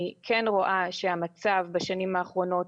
אני כן רואה שהמצב בשנים האחרונות